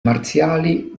marziali